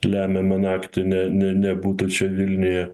lemiamą naktį ne ne nebūtų čia vilniuje